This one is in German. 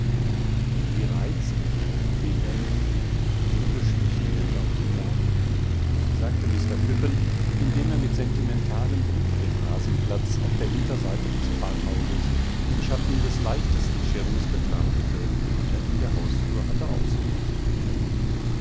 wie reizend wie ländlich wie beschwichtigend auf die nerven sagte mr phippen indem er mit sentimentalem blick den rasenplatz auf der hinterseite des pfarrhauses im schatten des leichtesten schirmes betrachtete den er in der hausflur hatteausfindigmachenkönnen